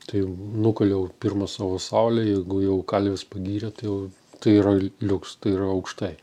tai nukaliau pirmą savo saulę jeigu jau kalvis pagyrė tai jau tai yra liuks tai yra aukštai